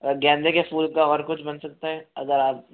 गेंदे के फूल का और कुछ बन सकता है अगर आप मतलब